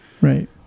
right